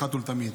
אחת ולתמיד.